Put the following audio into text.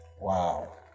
wow